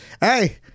hey